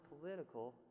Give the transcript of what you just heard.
political